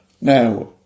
Now